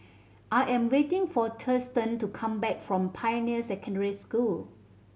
I am waiting for Thurston to come back from Pioneer Secondary School